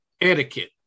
etiquette